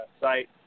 site